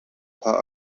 paar